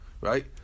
right